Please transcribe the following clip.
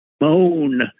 moan